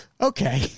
Okay